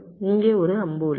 இங்கே ஒரு அம்பு உள்ளது